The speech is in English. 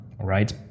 right